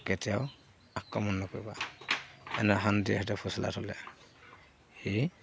কেতিয়াও আক্ৰমণ নকৰিবা এনে শান্তিহঁতে ফচলা ঠলে সি